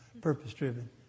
purpose-driven